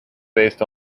based